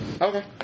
Okay